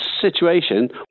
situation